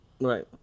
Right